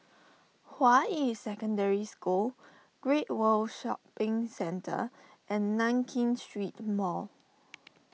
Hua Yi Secondary School Great World Shopping Centre and Nankin Street Mall